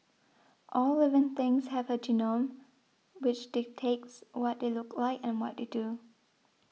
all living things have a genome which dictates what they look like and what they do